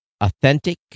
Authentic